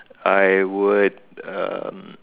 I would um